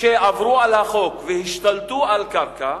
שעברו על החוק והשתלטו על הקרקע,